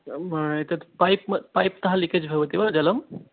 एतत् पैप् पैप्तः लिकेज् भवति वा जलं